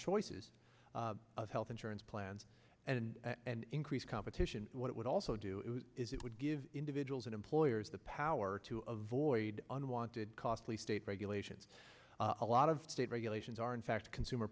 choices of health insurance plans and increase competition what it would also do is it would give individuals and employers the power to avoid unwanted costly state regulations a lot of state regulations are in fact consumer